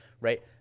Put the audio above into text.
right